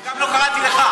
אני גם לא קראתי לך.